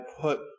put